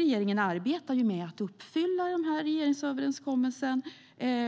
Regeringen arbetar med att uppfylla den regeringsöverenskommelsen,